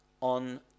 on